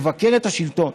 לבקר את השלטון.